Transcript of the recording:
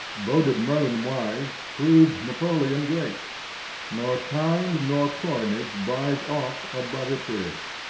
boded merlin wise, proved napoleon great nor kind nor coinage buys aught above its rate.